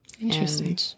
interesting